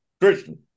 Christian